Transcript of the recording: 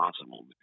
possible